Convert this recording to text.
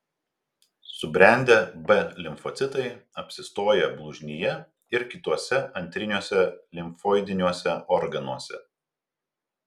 subrendę b limfocitai apsistoja blužnyje ir kituose antriniuose limfoidiniuose organuose